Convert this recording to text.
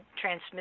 transmit